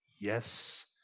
Yes